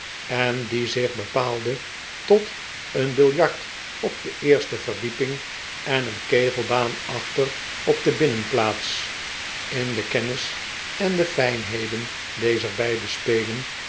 en die zich bepaalden tot een biljart op de eerste verdieping en een kegelbaan achter op de binnenplaats in de kennisen de fijnheden dezer beide spelen